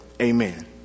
Amen